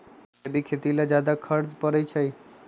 जैविक खेती ला ज्यादा खर्च पड़छई?